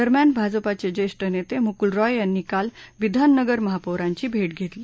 दरम्यान भाजपाचे ज्येष्ठ नेते मूकुल रॉय यांनी काल बिधाननगर महापौरांची भेट घेतली